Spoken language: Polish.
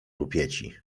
rupieci